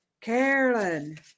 Carolyn